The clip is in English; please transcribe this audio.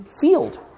field